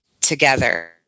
together